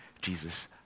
Jesus